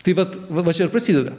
tai vat va nuo čia ir prasideda